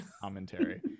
commentary